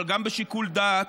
אבל גם בשיקול דעת,